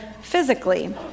physically